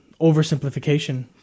oversimplification